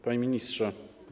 Panie Ministrze!